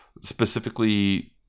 specifically